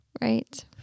Right